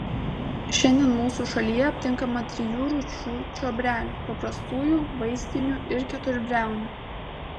šiandien mūsų šalyje aptinkama trijų rūšių čiobrelių paprastųjų vaistinių ir keturbriaunių